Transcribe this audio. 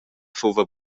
fuva